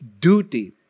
duty